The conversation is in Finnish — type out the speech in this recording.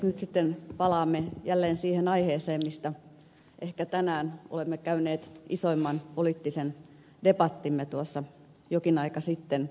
nyt sitten palaamme jälleen siihen aiheeseen mistä ehkä tänään jokin aika sitten olemme käyneet isoimman poliittisen debattimme tuossa jokin aika sitten